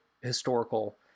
historical